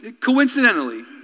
coincidentally